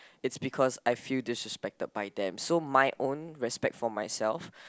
it's because I feel disrespected by them so my own respect for myself